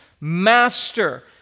Master